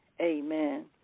amen